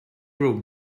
rope